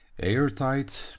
airtight